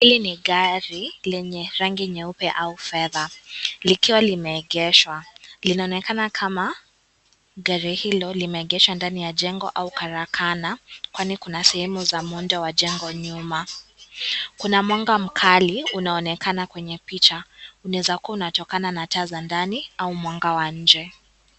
Hili ni gari lenye rangi nyeupe au fedha likiwa limeegeshwa, linaonekana kama gari hilo limeegeshwa ndani ya jengo au karakana kwani kuna sehemu za muudo wa jango nyuma. Kuna mwanga mkali unaonekana kwenye picha unaezakuwa unatokana na taa za ndani au mwanga wa nje.